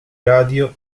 radio